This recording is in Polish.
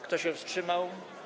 Kto się wstrzymał?